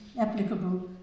applicable